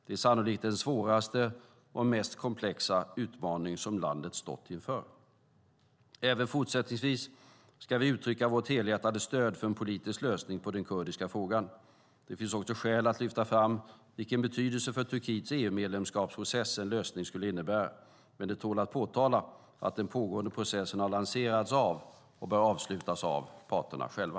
Det är sannolikt den svåraste och mest komplexa utmaning som landet har stått inför. Även fortsättningsvis ska vi uttrycka vårt helhjärtade stöd för en politisk lösning på den kurdiska frågan. Det finns också skäl att lyfta fram vilken betydelse för Turkiets EU-medlemskapsprocess en lösning skulle innebära. Men det tål att påpekas att den pågående processen har lanserats av, och bör avslutas av, parterna själva.